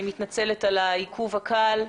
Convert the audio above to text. אני מתנצלת על העיכוב הקל,